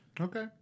Okay